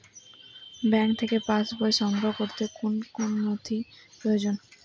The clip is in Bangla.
ব্যাঙ্ক থেকে পাস বই সংগ্রহ করতে কোন কোন নথি প্রয়োজন?